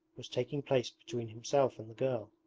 was taking place between himself and the girl.